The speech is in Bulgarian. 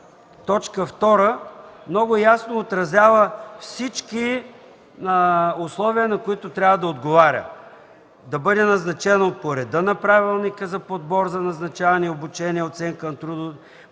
1, т. 2 много ясно отразява всички условия, на които трябва да отговаря – да бъде назначен по реда на Правилника за подбор за назначаване и обучение, оценка,